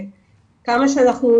ומשרד הבריאות יודע